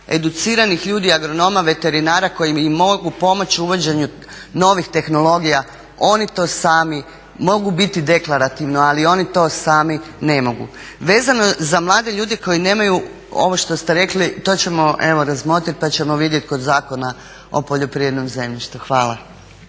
educiranih ljudi, agronoma, veterinara koji im mogu pomoći uvođenju novih tehnologija, oni to sami, mogu biti deklarativno, ali oni to sami ne mogu. Vezano za mlade ljude koji nemaju ovo što ste rekli, to ćemo evo razmotriti pa ćemo vidjeti kod Zakona o poljoprivrednom zemljištu. Hvala.